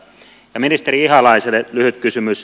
ministeri ihalaiselle lyhyt kysymys